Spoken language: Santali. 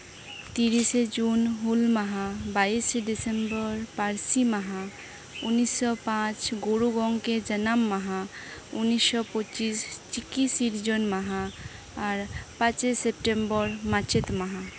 ᱛᱤᱨᱤᱥᱮ ᱡᱩᱱ ᱦᱩᱞ ᱢᱟᱦᱟ ᱵᱟᱭᱤᱥᱮ ᱰᱤᱥᱮᱢᱵᱚᱨ ᱯᱟᱹᱨᱥᱤ ᱢᱟᱦᱟ ᱩᱱᱤᱥᱥᱚ ᱯᱟᱸᱪ ᱜᱩᱨᱩ ᱜᱚᱢᱠᱮ ᱡᱟᱱᱟᱢ ᱢᱟᱦᱟ ᱩᱱᱤᱥᱥᱚ ᱯᱚᱪᱤᱥ ᱪᱤᱠᱤ ᱥᱤᱨᱡᱚᱱ ᱢᱟᱦᱟ ᱟᱨ ᱯᱟᱸᱪᱮᱭ ᱥᱮᱯᱴᱮᱢᱵᱚᱨ ᱢᱟᱪᱮᱛ ᱢᱟᱦᱟ